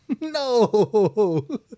No